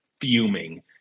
fuming